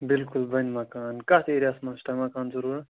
بِلکُل بَنہِ مکان کَتھ ایراہَس منٛز چھُ تۄہہِ مکان ضروٗرت